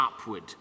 upward